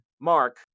Mark